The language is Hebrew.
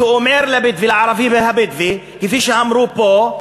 שאומר לערבי הבדואי, כפי שאמרו פה: